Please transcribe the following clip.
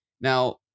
now